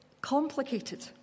complicated